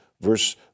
verse